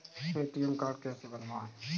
ATM card कैसे बनवाएँ?